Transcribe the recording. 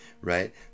right